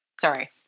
sorry